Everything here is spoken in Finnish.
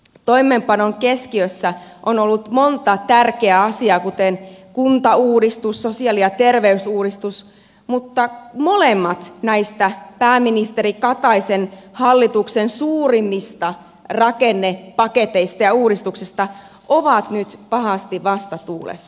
toimeenpanon keskiössä on ollut monta tärkeää asiaa kuten kuntauudistus sosiaali ja terveysuudistus mutta molemmat näistä pääministeri kataisen hallituksen suurimmista rakennepaketeista ja uudistuksista ovat nyt pahasti vastatuulessa